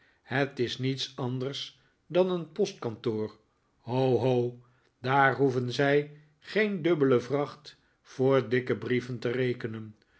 het is niets anders dan een postkantoor ho ho daar hoeven zij geen dubbele vracht voor dikke brieven te rekenen